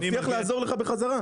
אני מבטיח לעזור לך בחזרה.